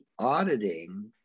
auditing